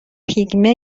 پیگمه